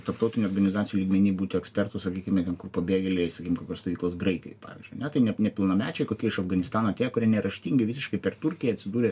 tarptautinių organizacijų lygmeny būtų ekspertu sakykime ten kur pabėgėliai sakykim kokios stovyklos graikijoj pavyzdžiui ne taip ne nepilnamečiai kokie iš afganistano atėję kurie neraštingi visiškai per turkiją atsidūrė